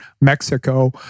Mexico